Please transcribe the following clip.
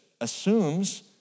assumes